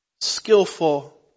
skillful